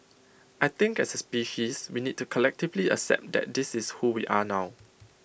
I think as A species we need to collectively accept that this is who we are now